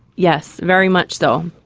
yes, very much so.